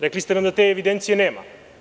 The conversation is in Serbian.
Rekli ste nam da te evidencije nema.